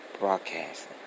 Broadcasting